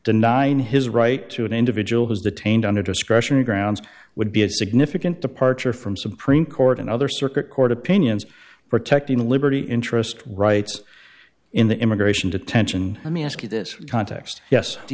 denying his right to an individual who's detained under discussion grounds would be a significant departure from supreme court and other circuit court opinions protecting the liberty interest rights in the immigration detention let me ask you this context yes do